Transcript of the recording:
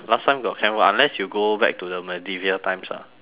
last time got canned food unless you go back to the medieval times ah